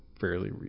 fairly